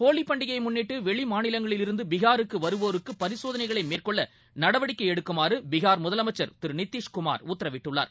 ஹோலிப் பண்டிகையைமுன்னிட்டுவெளிமாநிலங்களிலிருந்தபிஹாருக்குவருவோருக்குபரிசோதனைகளைமேற்கொள்ளநடவ டிக்கைஎடுக்குமாறுபீஹார் முதலமைச்சர் திருநிதீஷ்குமார் உத்தரவிட்டுள்ளார்